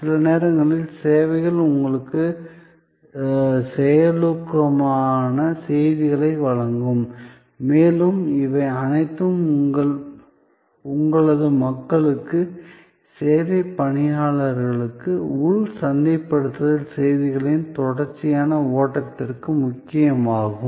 சில நேரங்களில் சேவைகள் உங்களுக்கு செயலூக்கமான செய்திகளை வழங்கும் மேலும் இவை அனைத்தும் உங்களது மக்களுக்கு சேவை பணியாளர்களுக்கு உள் சந்தைப்படுத்தல் செய்திகளின் தொடர்ச்சியான ஓட்டத்திற்கு முக்கியமாகும்